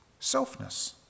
selfness